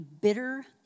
bitter